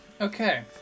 Okay